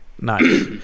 nice